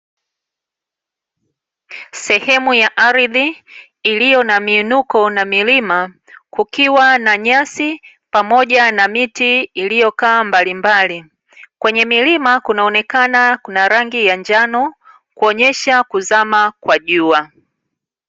Sehemu ya ardhi iliyo na miinuko na milima, kukiwa na nyasi pamoja na miti iliyokaa mbali mbali. Kwenye milima kunaonekana kuna rangi ya njano, kuonyesha kuzama kwa jua.